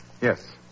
Yes